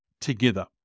together